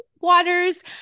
waters